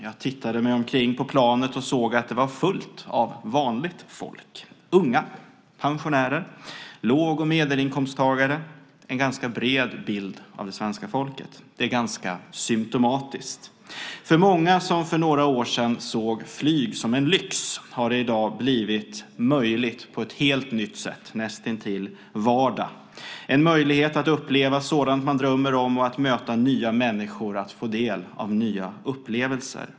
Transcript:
Jag tittade mig omkring på planet och såg att det var fullt av vanligt folk - unga, pensionärer, låg och medelinkomsttagare - en ganska bred bild av det svenska folket. Det är ganska symtomatiskt. För många som för några år sedan såg flyg som en lyx har det i dag blivit möjligt på ett helt nytt sätt, näst intill vardag, att uppleva sådant man drömmer om, att möta nya människor och att få del av nya upplevelser.